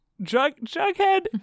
Jughead